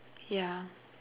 yeah